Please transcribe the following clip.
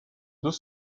deux